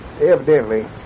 evidently